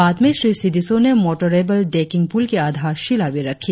बाद में श्री सीडिसों ने मोटेरेबल डेकिंग पूल की आधारशिला भी रखी